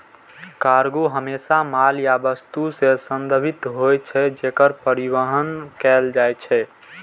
cargo हमेशा माल या वस्तु सं संदर्भित होइ छै, जेकर परिवहन कैल जाइ छै